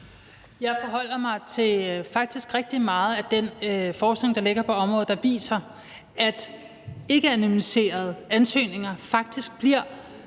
Jeg forholder mig faktisk til rigtig meget af den forskning, der ligger på området, der viser, at ikkeanonymiserede ansøgninger faktisk bliver